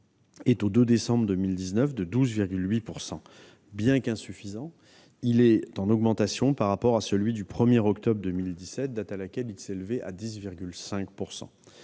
est, au 2 décembre 2019, de 12,8 %. Bien qu'insuffisant, ce taux est en augmentation par rapport à celui du 1 octobre 2017, date à laquelle il s'élevait à 10,5 %.